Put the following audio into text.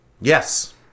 Yes